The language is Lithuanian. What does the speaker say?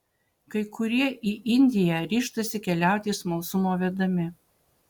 kai kurie į indiją ryžtasi keliauti smalsumo vedami